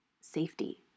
safety